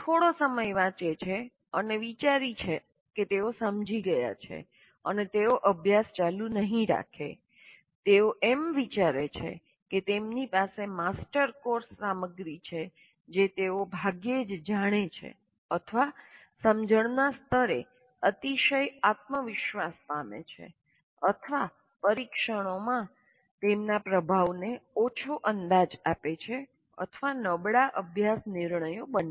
તેઓ થોડો સમય વાંચે છે અને વિચારે છે કે તેઓ સમજી ગયા છે અને તેઓ અભ્યાસ ચાલુ નહીં રાખે તેઓ એમ વિચારે છે કે તેમની પાસે માસ્ટર કોર્સ સામગ્રી છે જે તેઓ ભાગ્યે જ જાણે છે અથવા સમજણના સ્તરે અતિશય આત્મવિશ્વાસ પામે છે અથવા પરીક્ષણોમાં તેમના પ્રભાવને ઓછો અંદાજ આપે છે અથવા નબળા અભ્યાસ નિર્ણયો